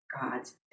God's